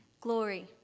glory